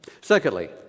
Secondly